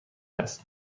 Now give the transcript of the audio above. است